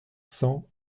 cents